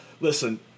listen